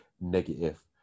negative